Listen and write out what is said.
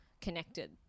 connected